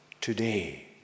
today